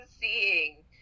seeing